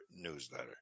newsletter